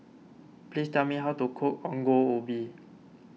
please tell me how to cook Ongol Ubi